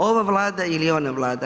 Ova vlada ili ona vlada.